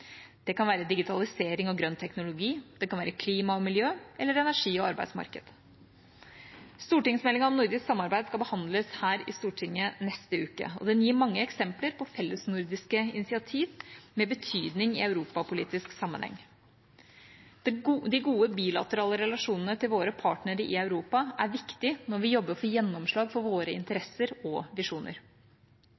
Det kan være digitalisering og grønn teknologi, det kan være klima og miljø, eller det kan være energi og arbeidsmarked. Stortingsmeldinga om nordisk samarbeid skal behandles her i Stortinget neste uke, og den gir mange eksempler på fellesnordiske initiativ med betydning i europapolitisk sammenheng. De gode bilaterale relasjonene til våre partnere i Europa er viktige når vi jobber for gjennomslag for våre